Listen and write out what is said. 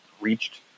reached